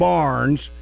Barnes